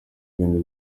ibintu